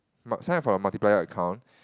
must sign up for a multiplier account